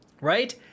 Right